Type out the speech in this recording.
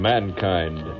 Mankind